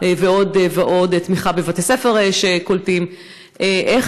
תמיכה בבתי-ספר שקולטים ועוד ועוד.